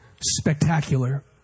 spectacular